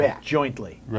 jointly